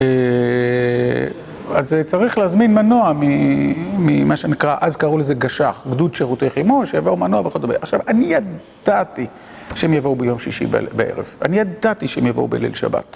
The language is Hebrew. אז צריך להזמין מנוע ממה שנקרא, אז קראו לזה גש"ח, גדוד שירותי חימוש, שיבוא מנוע וכדומה. עכשיו, אני ידעתי שהם יבואו ביום שישי בערב. אני ידעתי שהם יבואו בליל שבת.